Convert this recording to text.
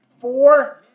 four